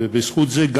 בזכות זה,